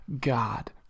God